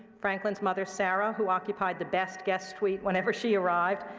franklin's mother, sarah, who occupied the best guest suite whenever she arrived,